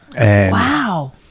Wow